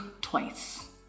twice